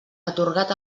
atorgat